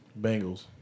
Bengals